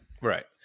right